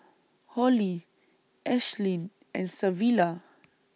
Hollie Ashlyn and Savilla